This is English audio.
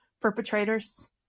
perpetrators